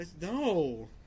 No